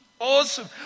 Awesome